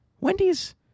Wendy's